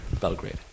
Belgrade